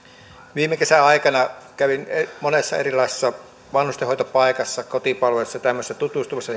viime kesän aikana kävin monessa erilaisessa vanhustenhoitopaikassa kotipalvelussa ja tämmöisessä tutustumassa